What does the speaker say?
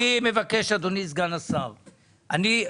אני מבקש אדוני סגן השר שתשבו.